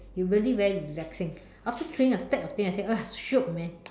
you really very relaxing after throwing a stack of things I say !wah! shiok man